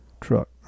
truck